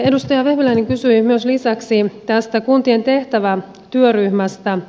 edustaja vehviläinen kysyi lisäksi tästä kuntien tehtävä työryhmästä